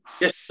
yes